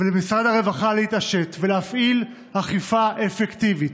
ולמשרד הרווחה להתעשת, ולהפעיל אכיפה אפקטיבית,